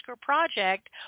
project